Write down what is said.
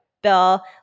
Bill